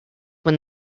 when